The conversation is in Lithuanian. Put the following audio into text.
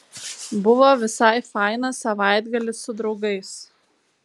buvo visai fainas savaitgalis su draugais